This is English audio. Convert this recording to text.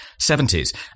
70s